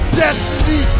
destiny